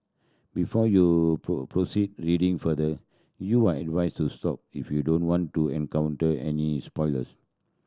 before you proceed reading further you are advised to stop if you don't want to encounter any spoilers